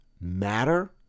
matter